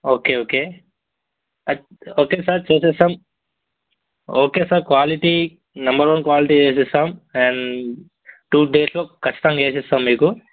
okay okay okay sir చేసేస్తాం okay sir quality number one quality వేసిస్తాం and two డేస్లో ఖచ్చితంగా వెయ్యిస్తాం మీకు